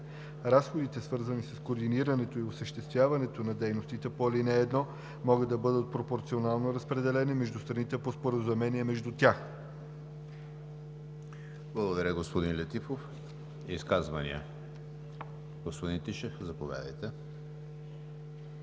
Разходите, свързани с координирането и осъществяването на дейностите по ал. 1, могат да бъдат пропорционално разпределени между страните по споразумение между тях.“ ПРЕДСЕДАТЕЛ ЕМИЛ ХРИСТОВ: Изказвания? Господин Тишев, заповядайте.